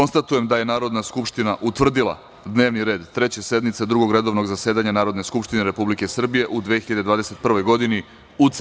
Konstatujem da je Narodna skupština utvrdila Dnevni red Treće sednice Drugog redovnog zasedanja Narodne skupštine Republike Srbije u 2021. godini u